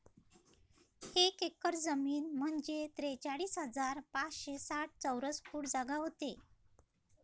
एक एकर जमीन म्हंजे त्रेचाळीस हजार पाचशे साठ चौरस फूट जागा व्हते